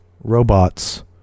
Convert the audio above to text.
robots